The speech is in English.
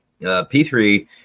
P3